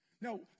Now